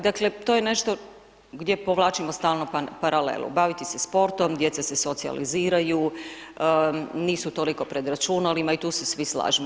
Dakle, to je nešto gdje povlačimo stalno paralelu, baviti se sportom, djeca se socijaliziraju, nisu toliko pred računalima, i tu se svi slažemo.